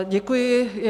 Děkuji.